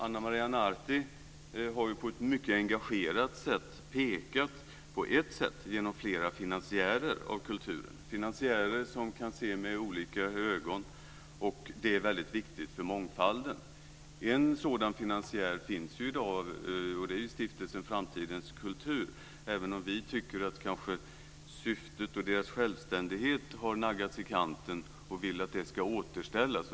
Ana Maria Narti har på ett mycket engagerat sätt pekat på ett sätt, nämligen att ha flera finansiärer av kulturen - finansiärer som kan se med olika ögon, vilket är väldigt viktigt för mångfalden. En sådan finansiär finns i dag, och det är Stiftelsen framtidens kultur, även om vi tycker att syftet och deras självständighet har naggats i kanten och vill att detta ska återställas.